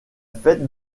fête